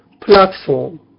platform